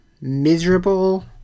miserable